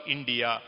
India